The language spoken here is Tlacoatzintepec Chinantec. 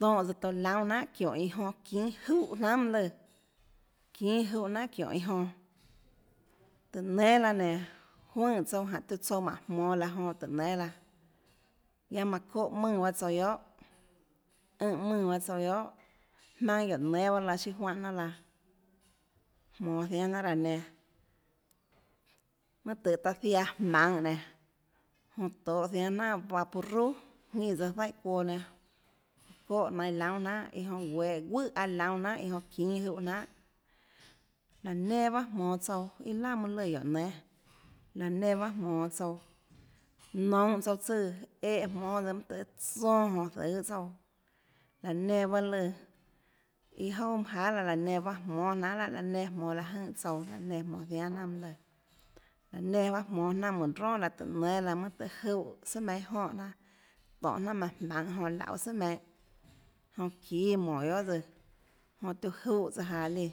lùã tónhã tsøã touã laúnâ jnanhà iã jonã çínâ júhã jnanhà mønâ lùã çínâ júhã jnanhàçiónhå iã jonã tùhå nénâ laã nénå juøè tsouã jahå tiuã jmonå laã jonã tùhå nénâ laã guiaâ manã çóhã mùnã bahâ tsouã guiohà ùnhã mùnã bahâ tsouã guiohà jmaønâ guióå nénâ bahâ laã siâ juánhã jnanà laã jmonå ziánâ jnanà laã nenã mønâ tøhê taã ziaã jmaønhå nénå jonã tohå ziánâ jnanà vaporut jínã tsøã zaùhà çuoã nenã çuóhã nainhå laúnâ jnanà iã jonã guehå guùhà aâ nainhå laúnâ jnanhà iã jonã çínâ júhã jnanhà laã nenã bahâ jmonå tsouã iâ laà mønâ lùã guióå nénâ laå nenã bahâ jmonå tsouã nounhå tsouã tsùã éhã jmónâ tsøã mønâ tùhã tsonâ jonå zøê tsouã laå nenã bahâ lùã iâ jouà manâ jahà laã laå nenã bahâ jmónâ jnanhà laã nenã jmonå láhåjønè tsouã laã nenã jmonå ziánâ jnanà mønâ lùã laå nenã jmonå jnanà jmánhå ronà tùhå nénâ laã mønâ tøhê júhã sùà meinhâ jonè jnanà tónhå jnanà mùnã jmaønhå jonã lauê sùà meinhâ jonã çíâ mónå guiohà tsøã jonã tiuã júhã tsøã jaå líã